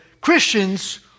Christians